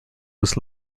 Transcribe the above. was